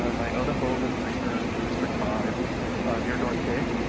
ah and i own a home in pinehurst in district five near northgate.